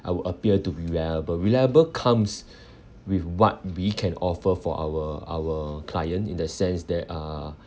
I would appear to be reliable reliable comes with what we can offer for our our client in the sense that uh